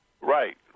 Right